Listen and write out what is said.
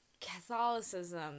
Catholicism